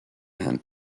herrn